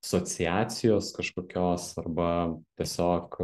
sociacijos kažkokios arba tiesiog